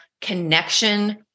connection